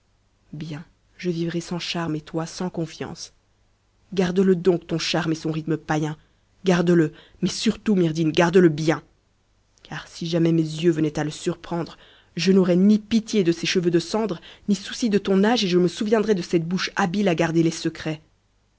bien je vivrai sans charme et toi sans confiance garde-le donc ton charme et son rythme païen garde-le mais surtout myrdhinn garde-le bien car si jamais mes yeux venaient à le surprendre je n'aurais ni pitié de ces cheveux de cendre ni souci de ton âge et je me souviendrais de cette bouche habile à garder les secrets